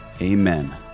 Amen